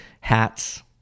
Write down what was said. Hats